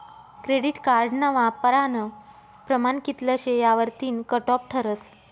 credit कार्डना वापरानं प्रमाण कित्ल शे यावरतीन कटॉप ठरस